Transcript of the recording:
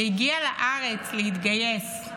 והגיע לארץ להתגייס.